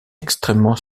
extrêmement